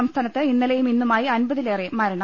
സംസ്ഥാനത്ത് ഇന്നലെയും ഇന്നുമായി അമ്പതിലേറെ മരണം